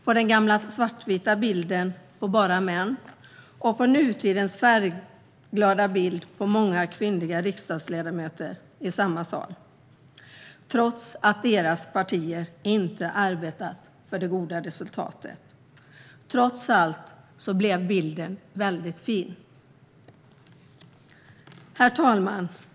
På den gamla svartvita bilden är det bara män medan det på nutidens färgglada bild är många kvinnliga riksdagsledamöter i samma sal, trots att deras partier inte arbetat för det goda resultatet. Bilden blev ändå väldigt fin. Herr talman!